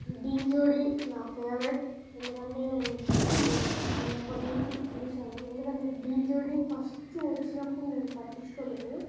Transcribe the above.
ఢీ జోడి నా ఫేవరెట్ ఎందుకంటే నేను దాన్ని చిన్నప్పటి నుంచి చూశాను ఎందుకంటే ఢీ జోడి ఫస్ట్ వచ్చినప్పుడు నేను పట్టించుకోలేదు